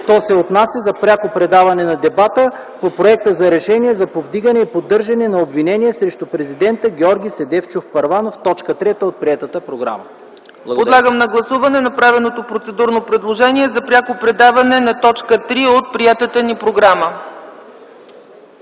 То се отнася за пряко предаване на дебата по Проекта за решение за повдигане и поддържане на обвинение срещу президента Георги Седефчов Първанов – т. 3 от приетата програма. ПРЕДСЕДАТЕЛ ЦЕЦКА ЦАЧЕВА: Подлагам на гласуване направеното процедурно предложение за пряко предаване на т. 3 от приетата ни програма.